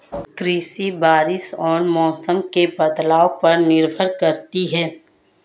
कृषि बारिश और मौसम के बदलाव पर निर्भर करती है